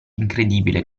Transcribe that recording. incredibile